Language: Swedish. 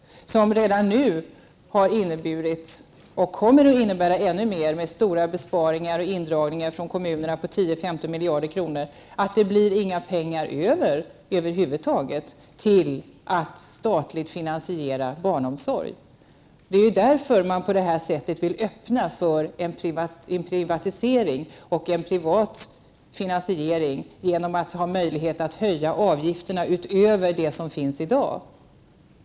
Detta har redan nu inneburit stora besparingar och indragningar från kommunerna på mellan 10 och 15 miljarder, och det kommer också att bli fråga om ännu mer av sådana besparingar. Detta gör också att det över huvud taget inte blir några pengar över till att statligt finansiera barnomsorg. Det är ju därför man på detta sätt vill öppna för en privatisering och en privat finansiering genom att göra det möjligt att höja avgifterna utöver dagens nivå.